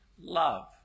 love